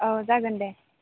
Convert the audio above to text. औ जागोन दे